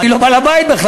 אני לא בעל הבית בכלל,